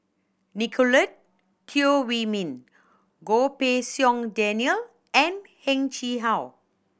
Nicolette Teo Wei Min Goh Pei Siong Daniel and Heng Chee How